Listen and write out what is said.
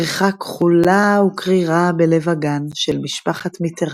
ברכה כחלה וקרירה בלב הגן של משפחת מיטראן.